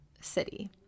city